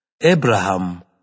Abraham